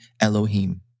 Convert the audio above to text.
Elohim